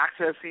accessing